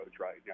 right